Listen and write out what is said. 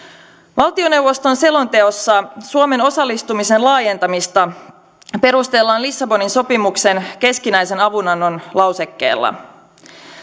valtioneuvoston selonteossa suomen osallistumisen laajentamista perustellaan lissabonin sopimuksen keskinäisen avunannon lausekkeella